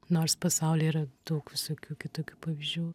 nors pasaulyje yra daug visokių kitokių pavyzdžių